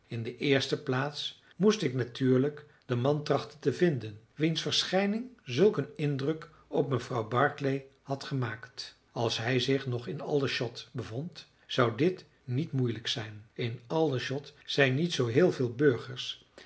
in de eerste plaats moest ik natuurlijk den man trachten te vinden wiens verschijning zulk een indruk op mevrouw barclay had gemaakt als hij zich nog in aldershot bevond zou dit niet moeilijk zijn in aldershot zijn niet zoo heel veel burgers